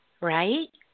right